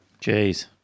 Jeez